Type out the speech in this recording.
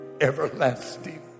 Everlasting